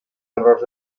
errors